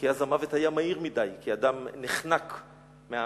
כי אז המוות היה מהיר מדי, כי אדם נחנק מהעשן.